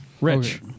Rich